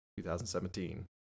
2017